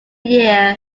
year